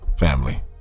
family